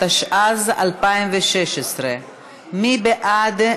התשע"ז 2016. מי בעד?